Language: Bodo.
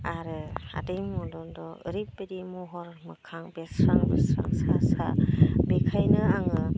आरो आदै मद'द' ओरैबायदि महर मोखां बेरस्रां बेरस्रां सा सा बेखायनो आङो